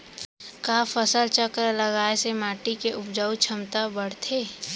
का फसल चक्र लगाय से माटी के उपजाऊ क्षमता बढ़थे?